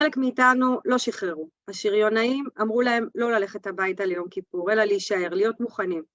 חלק מאיתנו לא שחררו. השריונאים אמרו להם לא ללכת הביתה ליום כיפור אלא להישאר, להיות מוכנים.